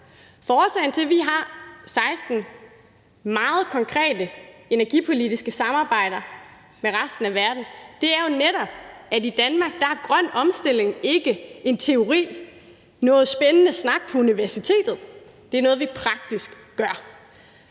årsagen til, at vi har 16 meget konkrete energipolitiske samarbejder med resten af verden, er jo netop, at i Danmark er grøn omstilling ikke en teori og noget spændende snak på universitetet; det er noget, vi praktisk gør.